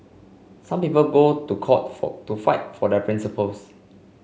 some people go to court for to fight for their principles